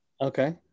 Okay